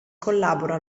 collabora